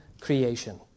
creation